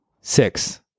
six